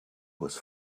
was